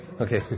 Okay